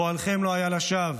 פועלכם לא היה לשווא.